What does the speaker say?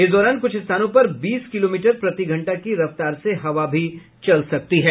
इस दौरान कुछ स्थानों पर बीस किलोमीटर प्रतिघंटा की रफ्तार से हवा भी चल सकती है